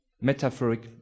metaphoric